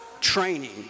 training